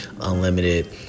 Unlimited